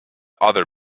other